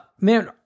man